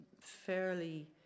fairly